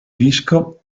disco